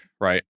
right